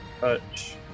Touch